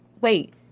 wait